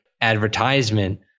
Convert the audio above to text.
advertisement